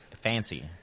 fancy